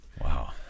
Wow